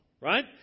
right